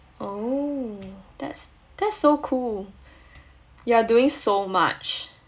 oh that's that's so cool you're doing so much